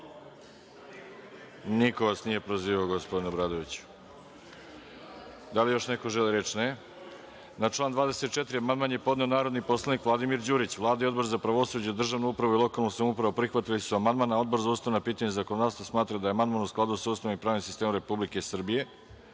je.)Niko vas nije prozivao gospodine Obradoviću. Da li još neko želi reč? (Ne)Na član 24. amandman je podneo narodni poslanik Vladimir Đurić. Vlada i Odbor za pravosuđe, državnu upravu i lokalnu samoupravu prihvatili su amandman. Odbor za ustavna pitanja i zakonodavstvo smatra da je amandman u skladu sa Ustavom i pravnim sistemom Republike